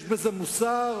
יש בזה מוסר?